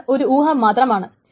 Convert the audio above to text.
അത് ഒരു ഊഹം മാത്രമാണ്